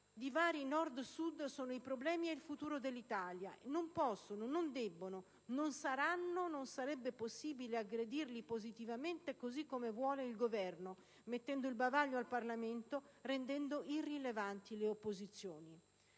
divari Nord-Sud sono i problemi e il futuro dell'Italia e non possono, non debbono, non saranno (non sarebbe possibile), aggrediti positivamente, così come vuole il Governo, mettendo il bavaglio al Parlamento e rendendo irrilevanti le opposizioni.